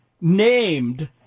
named